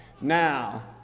now